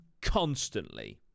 Constantly